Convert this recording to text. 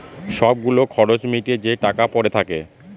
সব গুলো খরচ মিটিয়ে যে টাকা পরে থাকে